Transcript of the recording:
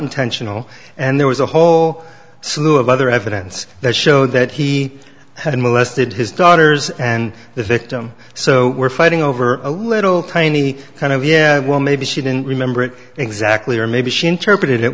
intentional and there was a whole slew of other evidence that show that he had molested his daughters and the victim so we're fighting over a little tiny kind of yeah well maybe she didn't remember it exactly or maybe she interpreted